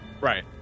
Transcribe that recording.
Right